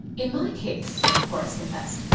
in my case, horace confessed,